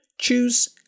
Choose